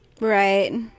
Right